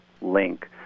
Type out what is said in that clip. link